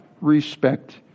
respect